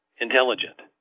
intelligent